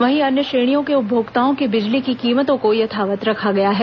वहीं अन्य श्रेणियों के उपभोक्ताओं की बिजली की कीमतों को यथावत् रखा गया है